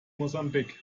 mosambik